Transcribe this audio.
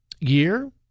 year